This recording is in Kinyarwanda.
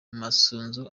masunzu